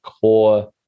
core